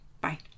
Bye